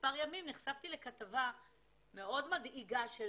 כמספר ימים נחשפתי לכתבה מאוד מדאיגה של